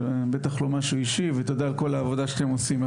זה בטח לא משהו אישי ותודה על כל העבודה שאתם עושים.